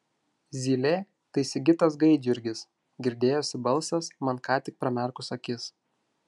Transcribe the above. zylė tai sigitas gaidjurgis girdėjosi balsas man ką tik pramerkus akis